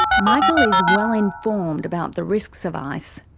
michael is well informed about the risks of ice.